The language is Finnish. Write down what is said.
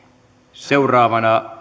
seuraavana